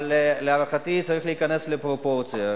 אבל להערכתי צריך להיכנס לפרופורציה,